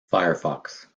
firefox